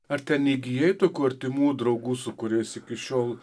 ar ten įgijai tokių artimų draugų su kuriais iki šiol